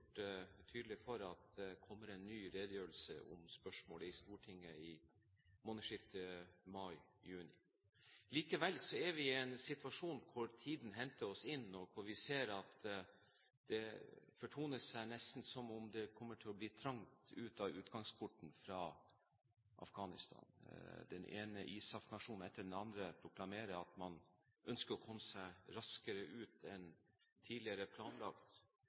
redegjort tydelig for at det kommer en ny redegjørelse om spørsmålet i Stortinget i månedsskiftet mai/juni. Likevel er vi i en situasjon der tiden innhenter oss, og hvor det nesten ser ut som det kommer til å bli trangt ved utgangsporten fra Afghanistan. Den ene ISAF-nasjonen etter den andre proklamerer at man ønsker å komme seg raskere ut enn tidligere planlagt.